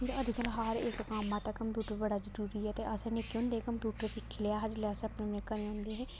फिर अजकल्ल हर इक कम्म आस्तै कंप्यूटर बड़ा जरूरी ऐ ते असें निक्के होंदे गै कंप्यूटर सिक्खी लेआ हा जिसलै अस अपने अपने घरै होंदे हे